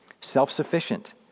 Self-sufficient